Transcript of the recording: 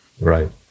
right